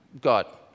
God